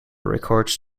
records